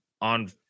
on